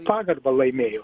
pagarbą laimėjo